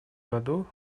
году